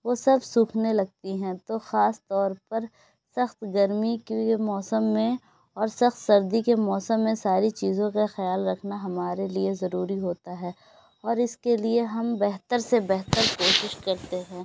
وہ سب سوکھنے لگتی ہیں تو خاص طور پر سخت گرمی کے موسم میں اور سخت سردی کے موسم میں ساری چیزوں کا خیال رکھنا ہمارے لیے ضروری ہوتا ہے اور اس کے لیے ہم بہتر سے بہتر کوشش کرتے ہیں